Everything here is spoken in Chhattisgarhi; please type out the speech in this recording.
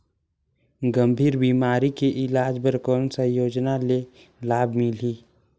गंभीर बीमारी के इलाज बर कौन सा योजना ले लाभ मिलही?